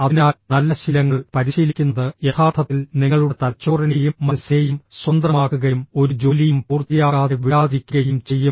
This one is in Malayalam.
അതിനാൽ നല്ല ശീലങ്ങൾ പരിശീലിക്കുന്നത് യഥാർത്ഥത്തിൽ നിങ്ങളുടെ തലച്ചോറിനെയും മനസ്സിനെയും സ്വതന്ത്രമാക്കുകയും ഒരു ജോലിയും പൂർത്തിയാകാതെ വിടാതിരിക്കുകയും ചെയ്യും